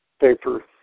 paper